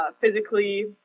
physically